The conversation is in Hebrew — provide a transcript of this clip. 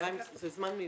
זה זמן מיותר.